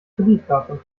kreditkarte